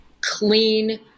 clean